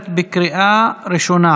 (רכב עצמאי ורכב בעל עצמאות מותנית),